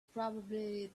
probably